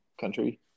country